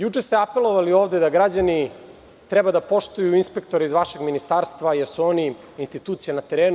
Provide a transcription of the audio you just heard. Juče ste apelovali ovde da građani treba da poštuju inspektore iz vašeg Ministarstva, jer su oni institucija na terenu.